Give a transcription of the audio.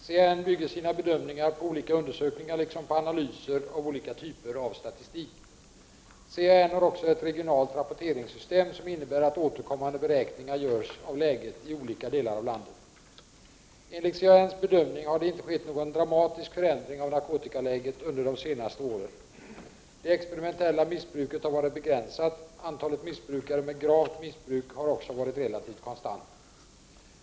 CAN bygger sina bedömningar på olika undersökningar liksom på analyser av olika typer av statistik. CAN har också ett regionalt rapporteringssystem som innebär att återkommande beräkningar görs av läget i olika delar av landet. Enligt CAN:s bedömning har det inte skett någon dramatisk förändring av narkotikaläget under de senaste åren. Det experimentella missbruket har varit begränsat. Antalet missbrukare med gravt missbruk har också varit relativt konstant.